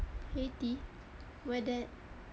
haiti where that